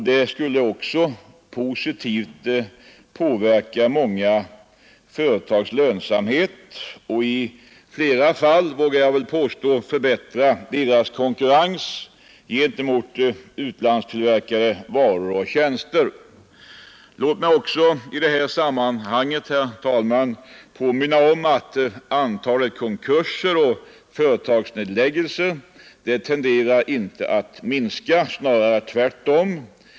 Det skulle också positivt påverka många företags lönsamhet och i flera fall — vågar jag väl påstå — förbättra deras konkurrensmöjligheter gentemot utlandstillverkade varor och tjänster. Låt mig i det här sammanhanget, herr talman, påminna om att antalet konkurser och företagsnedläggelser inte tenderar att minska, snarare tvärtom.